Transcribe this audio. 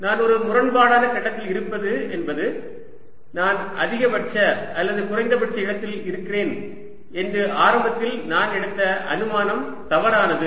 நான் ஒரு முரண்பாடான கட்டத்தில் இருப்பது என்பது நான் அதிகபட்ச அல்லது குறைந்தபட்ச இடத்தில் இருக்கிறேன் என்று ஆரம்பத்தில் நான் எடுத்த அனுமானம் தவறானது